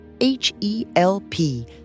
H-E-L-P